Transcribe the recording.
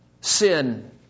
sin